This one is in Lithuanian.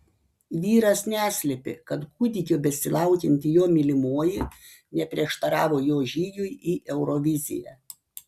vyras neslėpė kad kūdikio besilaukianti jo mylimoji neprieštaravo jo žygiui į euroviziją